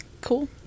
Cool